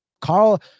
Carl –